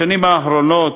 בשנים האחרונות